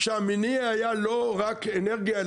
בכך שהמניע היה לא רק אנרגיה,